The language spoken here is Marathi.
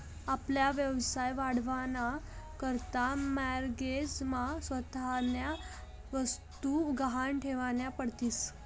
आपला व्यवसाय वाढावा ना करता माॅरगेज मा स्वतःन्या वस्तु गहाण ठेवन्या पडतीस